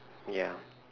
ya